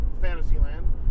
Fantasyland